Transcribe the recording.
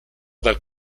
dal